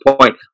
point